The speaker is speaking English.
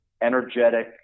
energetic